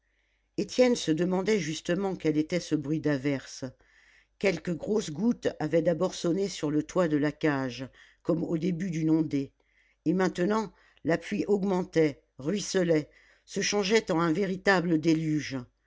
étienne se demandait justement quel était ce bruit d'averse quelques grosses gouttes avaient d'abord sonné sur le toit de la cage comme au début d'une ondée et maintenant la pluie augmentait ruisselait se changeait en un véritable déluge